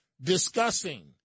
discussing